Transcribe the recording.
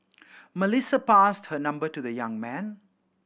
Melissa passed her number to the young man